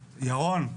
ירון,